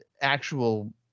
actual